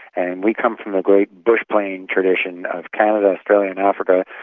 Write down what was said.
and we come from a great bush plane tradition of canada, australia and africa,